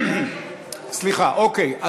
אוקיי.